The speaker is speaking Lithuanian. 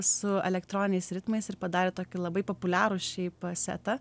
su elektroniniais ritmais ir padarė tokį labai populiarų šeip setą